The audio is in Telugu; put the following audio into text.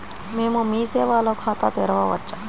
మేము మీ సేవలో ఖాతా తెరవవచ్చా?